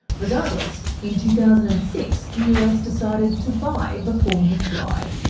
regardless, in two thousand and six the us decided to buy before you fly.